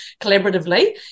collaboratively